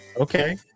okay